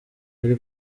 hari